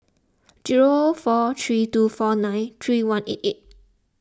zero four three two four nine three one eight eight